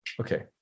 Okay